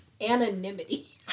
anonymity